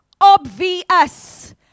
obvious